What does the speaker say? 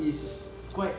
is quite